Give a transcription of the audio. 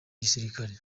gisirikare